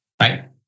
right